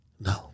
No